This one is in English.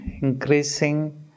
increasing